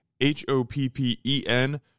H-O-P-P-E-N